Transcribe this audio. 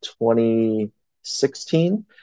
2016